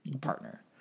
partner